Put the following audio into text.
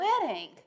wedding